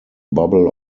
bubble